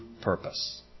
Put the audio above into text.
purpose